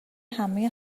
همه